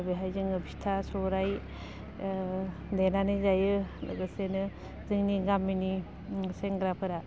बेहाय जोङो फिथा सौराइ देनानै जायो लोगोसेनो जोंनि गामिनि सेंग्राफोरा